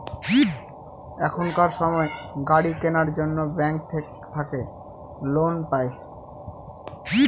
এখনকার সময় গাড়ি কেনার জন্য ব্যাঙ্ক থাকে লোন পাই